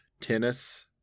tennis